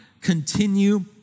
continue